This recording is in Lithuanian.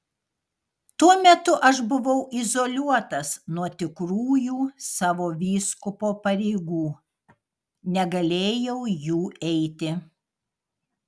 tuo metu aš buvau izoliuotas nuo tikrųjų savo vyskupo pareigų negalėjau jų eiti